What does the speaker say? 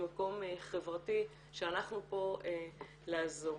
ממקום חברתי שאנחנו פה לעזור.